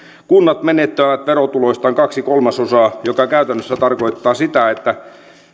kunnat menettävät verotuloistaan kaksi kolmasosaa mikä käytännössä tarkoittaa sitä että